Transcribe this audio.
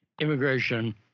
immigration